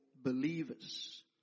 believers